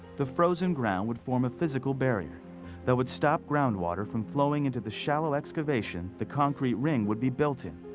the frozen ground would form a physical barrier that would stop ground water from flowing into the shallow excavation the concrete ring would be built in.